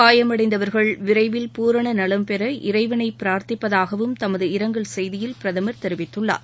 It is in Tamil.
காயமடைந்தவர்கள் விரைவில் பூரண நலம்பெற இறைவனை பிரார்த்திப்பதகாவும் தனது இரங்கல் செய்தியில் அவர் தெரிவித்துள்ளார்